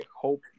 hope